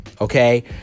Okay